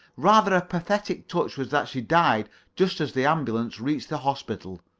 rather a pathetic touch was that she died just as the ambulance reached the hospital.